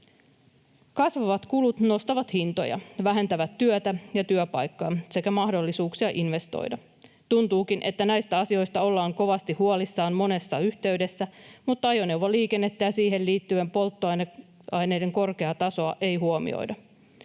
Kasvavat kulut nostavat hintoja ja vähentävät työtä ja työpaikkoja sekä mahdollisuuksia investoida. Tuntuukin, että näistä asioista ollaan kovasti huolissaan monessa yhteydessä, mutta ajoneuvoliikennettä ja siihen liittyvää polttoaineiden korkeaa tasoa ei huomioida.